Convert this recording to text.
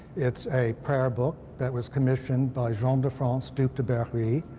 it's a prayer book that was commissioned by jean um de france, duc de berry,